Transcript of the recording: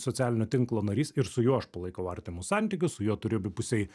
socialinio tinklo narys ir su juo aš palaikau artimus santykius su juo turiu abipusiai